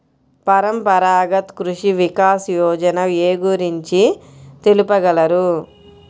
పరంపరాగత్ కృషి వికాస్ యోజన ఏ గురించి తెలుపగలరు?